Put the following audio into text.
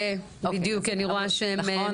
נכון,